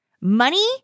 money